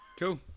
Cool